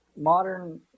modern